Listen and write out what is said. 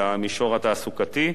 במישור התעסוקתי,